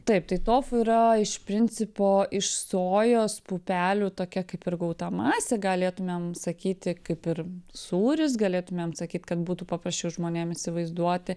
taip tai tofu yra iš principo iš sojos pupelių tokia kaip ir gauta masė galėtumėm sakyti kaip ir sūris galėtumėm sakyt kad būtų paprasčiau žmonėm įsivaizduoti